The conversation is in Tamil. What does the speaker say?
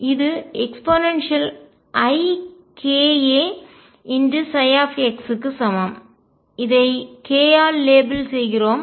இது eikaψ க்கு சமம் இதை k ஆல் லேபிள் செய்கிறோம்